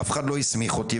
אף אחד לא הסמיך אותי,